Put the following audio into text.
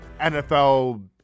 NFL